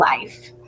life